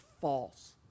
false